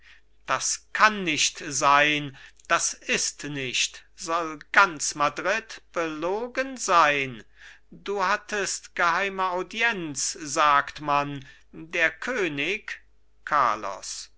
das kann nicht sein das ist nicht soll ganz madrid belogen sein du hattest geheime audienz sagt man der könig carlos